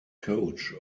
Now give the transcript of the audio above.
coach